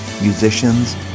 musicians